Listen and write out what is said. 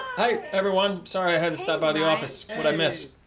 hi everyone. sorry, i had to stop by the office. what i miss?